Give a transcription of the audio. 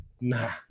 Nah